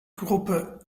gruppe